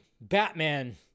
Batman